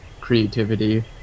creativity